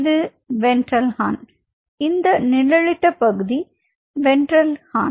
இது ventral horn இந்த நிழலிட்ட பகுதி வென்டரல் ஹார்ன்